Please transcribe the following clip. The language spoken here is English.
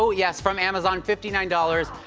so yes, from amazon, fifty nine dollars,